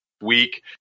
week